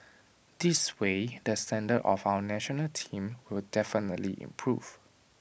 this way the standard of our National Team will definitely improve